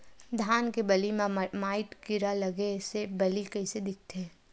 धान के बालि म माईट कीड़ा लगे से बालि कइसे दिखथे?